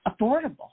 affordable